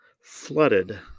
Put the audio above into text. flooded